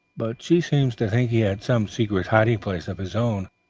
but she seems to think he had some secret hiding-place of his own,